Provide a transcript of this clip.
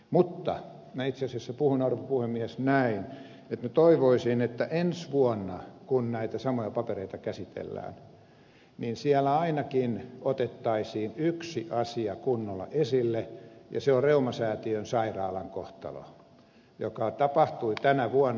mutta minä itse asiassa puhun arvon puhemies näin että minä toivoisin että ensi vuonna kun näitä samoja papereita käsitellään siellä ainakin otettaisiin yksi asia kunnolla esille ja se on reumasäätiön sairaalan kohtalo joka tapahtui tänä vuonna